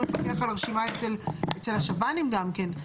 מי מפקח על הרשימה אצל השב"נים גם כן?